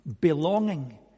belonging